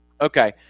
Okay